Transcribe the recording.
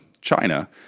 China